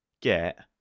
get